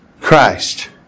Christ